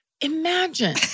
Imagine